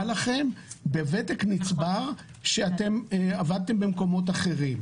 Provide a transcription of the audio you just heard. לכם בוותק נצבר שאתם עבדתם במקומות אחרים.